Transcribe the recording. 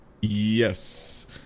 Yes